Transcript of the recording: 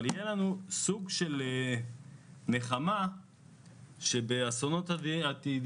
אבל תהיה לנו נחמה אם חלק מהסבל שעברנו ייחסך בעתיד